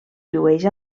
llueix